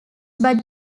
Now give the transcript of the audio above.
but